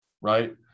Right